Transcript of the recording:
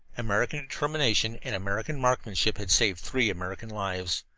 american determination and american marksmanship had saved three american lives.